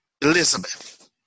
Elizabeth